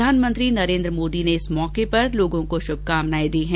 प्रधानमंत्री नरेन्द्र मोदी ने इस अवसर पर लोगों को श्भकामनाएं दी हैं